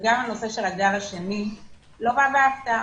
וגם הנושא של הגל השני לא בא בהפתעה.